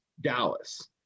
Dallas